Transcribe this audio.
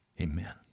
Amen